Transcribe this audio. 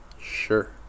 sure